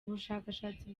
ubushakashatsi